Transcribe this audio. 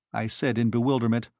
i said in bewilderment,